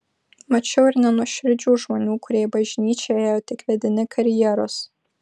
mačiau ir nenuoširdžių žmonių kurie į bažnyčią ėjo tik vedini karjeros